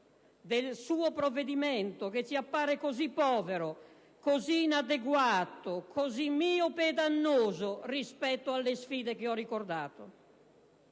del suo provvedimento - che ci appare così povero, così inadeguato, così miope e dannoso rispetto alle sfide che ho ricordato.